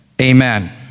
Amen